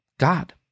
God